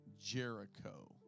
Jericho